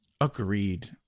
Agreed